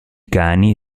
cani